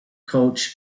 coach